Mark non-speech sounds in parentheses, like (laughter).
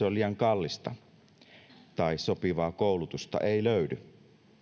(unintelligible) on liian kallista tai sopivaa koulutusta ei löydy